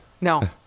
no